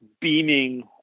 beaming